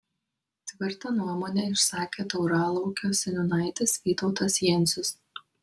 tvirtą nuomonę išsakė tauralaukio seniūnaitis vytautas jencius